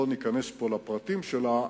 לא ניכנס פה לפרטים שלה.